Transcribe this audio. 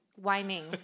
Whining